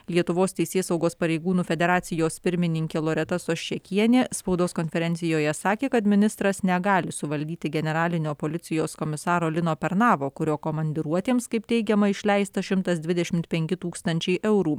lietuvos teisėsaugos pareigūnų federacijos pirmininkė loreta soščekienė spaudos konferencijoje sakė kad ministras negali suvaldyti generalinio policijos komisaro lino pernavo kurio komandiruotėms kaip teigiama išleista šimtas dvidešim penki tūkstančiai eurų